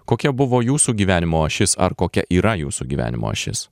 kokia buvo jūsų gyvenimo ašis ar kokia yra jūsų gyvenimo ašis